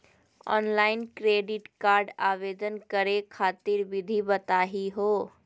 Online credit card आवेदन करे खातिर विधि बताही हो?